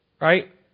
Right